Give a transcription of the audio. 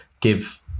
give